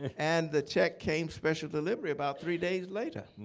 and the check came special delivery about three days later.